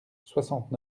soixante